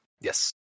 Yes